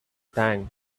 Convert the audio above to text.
tank